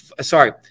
sorry